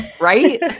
right